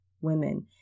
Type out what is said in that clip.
women